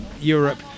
Europe